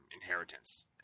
inheritance